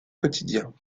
quotidiens